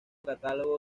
catálogo